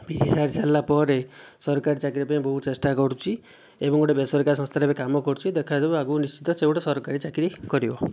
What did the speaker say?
P G ସାରି ସାରିଲା ପରେ ସରକାରୀ ଚାକିରି ପାଇଁ ବହୁତ ଚେଷ୍ଟା କରୁଛି ଏବଂ ଗୋଟିଏ ବେସରକାରୀ ସଂସ୍ଥାରେ ଏବେ କାମ କରୁଛି ଦେଖାଯାଉ ଆଗକୁ ନିଶ୍ଚିତ ସେ ଗୋଟିଏ ସରକାରୀ ଚାକିରି କରିବ